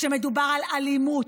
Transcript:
שמדובר על אלימות,